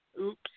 Oops